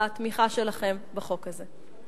על התמיכה שלכם בחוק הזה.